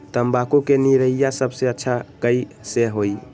तम्बाकू के निरैया सबसे अच्छा कई से होई?